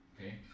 Okay